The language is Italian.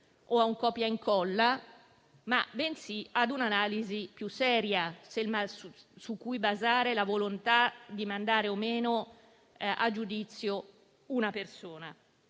o a un copia-incolla, bensì a un'analisi più seria su cui basare la volontà di rinviare o meno a giudizio una persona.